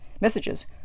messages